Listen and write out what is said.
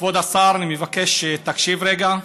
כבוד השר, אני מבקש שתקשיב רגע.